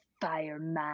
fireman